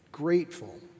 Grateful